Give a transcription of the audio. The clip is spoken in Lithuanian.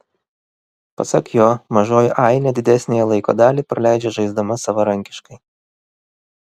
pasak jo mažoji ainė didesniąją laiko dalį praleidžia žaisdama savarankiškai